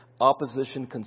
Opposition